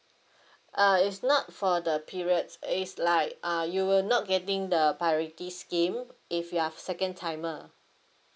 uh it's not for the period is like uh you will not getting the priority scheme if you are second timer